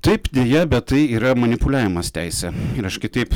taip deja bet tai yra manipuliavimas teise ir aš kitaip